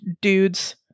dudes